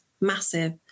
massive